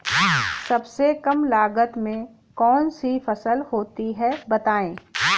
सबसे कम लागत में कौन सी फसल होती है बताएँ?